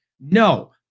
no